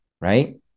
right